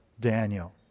Daniel